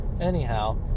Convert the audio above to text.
Anyhow